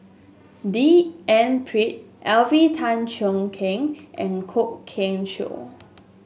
D N Pritt Alvin Tan Cheong Kheng and Kwok Kian Chow